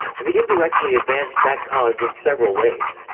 and it indirectly advanced that cause in several ways.